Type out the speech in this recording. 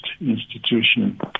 institution